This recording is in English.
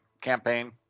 campaign